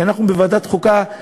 שאנחנו בוועדת חוקה,